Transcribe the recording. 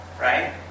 right